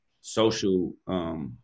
social